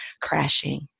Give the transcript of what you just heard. crashing